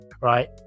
right